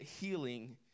healing